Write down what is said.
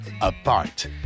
apart